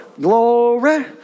glory